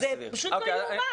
זה לא מובן.